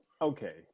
Okay